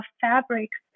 fabrics